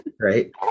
Right